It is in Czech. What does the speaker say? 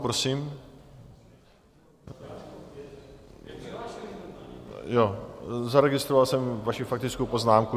Prosím, zaregistroval jsem vaši faktickou poznámku.